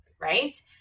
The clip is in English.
right